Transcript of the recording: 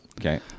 okay